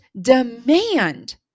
demand